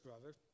brother